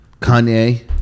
Kanye